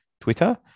twitter